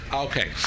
Okay